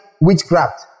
witchcraft